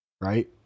Right